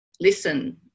listen